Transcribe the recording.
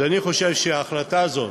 אז אני חושב שההחלטה הזאת,